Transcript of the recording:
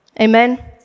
amen